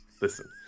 listen